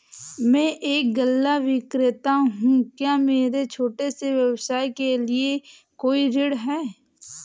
मैं एक गल्ला विक्रेता हूँ क्या मेरे छोटे से व्यवसाय के लिए कोई ऋण है?